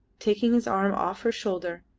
taking his arm off her shoulder,